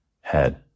head